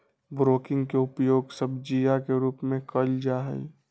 broccoli के उपयोग सब्जीया के रूप में कइल जाहई